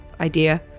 idea